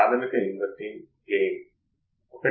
ఇది సరైనది కానీ ఆచరణాత్మకంగా అవుట్పుట్ వద్ద కొంత వోల్టేజ్ ఉంది